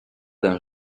d’un